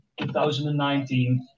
2019